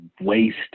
waste